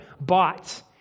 bought